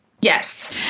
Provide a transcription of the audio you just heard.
yes